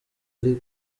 ari